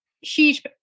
huge